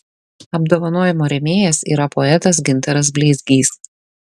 apdovanojimo rėmėjas yra poetas gintaras bleizgys